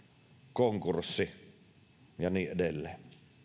konkurssi ja niin edelleen